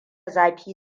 zafi